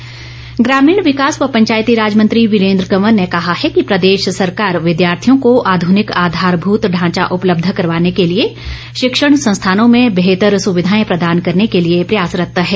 वीरेन्द्र कंवर ग्रामीण विकास व पचायतीराज मंत्री वीरेन्द्र कंवर ने कहा है कि प्रदेश सरकार विद्यार्थियों को आध्रनिक आधारभूत ढांचा उपलब्ध करवाने के लिए शिक्षण संस्थानों में बेहतर सुविधाएं प्रदान करने के लिए प्रयासरत है